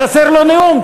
חסר לו נאום,